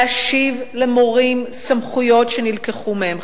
להשיב למורים סמכויות שנלקחו מהם,